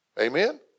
Amen